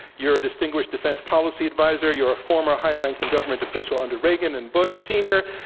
you're a distinguished defense policy adviser. you're a former high-ranking government official under reagan and bush senior,